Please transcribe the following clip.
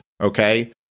okay